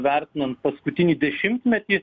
vertinant paskutinį dešimtmetį